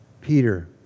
Peter